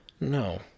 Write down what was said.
No